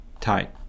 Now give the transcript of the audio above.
tight